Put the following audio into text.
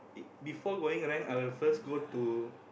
it before going rank I will first go to